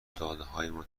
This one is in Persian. دادههایمان